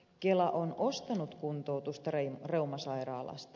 kela on ostanut kuntoutusta reumasairaalasta